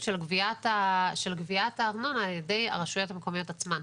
של גביית הארנונה על ידי הרשויות המקומיות עצמן.